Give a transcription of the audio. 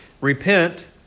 repent